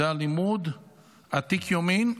זה לימוד עתיק יומין,